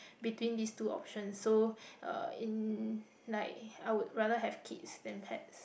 between these two options so uh in like I would rather have kids than pets